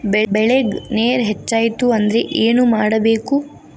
ಬೆಳೇಗ್ ನೇರ ಹೆಚ್ಚಾಯ್ತು ಅಂದ್ರೆ ಏನು ಮಾಡಬೇಕು?